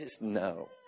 No